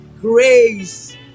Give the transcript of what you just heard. Grace